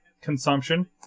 consumption